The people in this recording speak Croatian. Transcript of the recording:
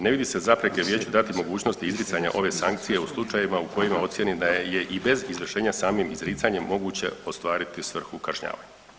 Ne vidi se zapreke vijeću dati mogućnost izricanja ove sankcije u slučajevima u kojima ocijeni da je i bez izvršenja samim izricanjem moguće ostvariti svrhu kažnjavanja.